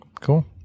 Cool